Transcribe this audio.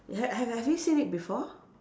ha~ ha~ have you seen it before